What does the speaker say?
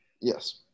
Yes